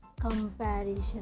Comparison